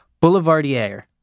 Boulevardier